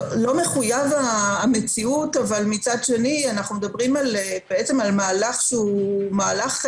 לא מחויב המציאות אבל אנחנו מדברים על מהלך מורכב.